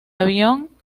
avión